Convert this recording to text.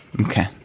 Okay